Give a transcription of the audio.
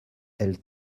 elle